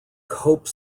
cope